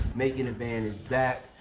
making the band is back.